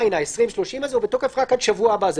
20-30 בתוקף רק עד שבוע הבא.